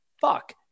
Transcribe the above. Fuck